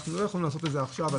אנחנו לא יכולים לעשות את זה עכשיו על